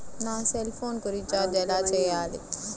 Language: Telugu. నా సెల్ఫోన్కు రీచార్జ్ ఎలా చేయాలి?